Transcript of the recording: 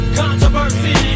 controversy